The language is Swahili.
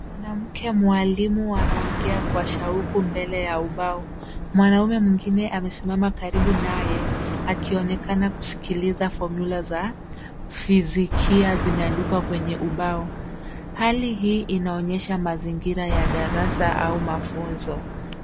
Mwanamke walimu anaongea kwa shauku mbele ya ubao. Mwanaume mwingine amesimama karibu naye akionekana kusikiliza fomyula za fizikia zimeandikwa kwenye ubao. Hali hii inaonyesha mazingira ya darasa au mafunzo.